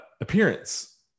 appearance